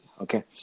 Okay